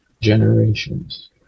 generations